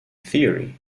theory